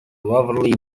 waverley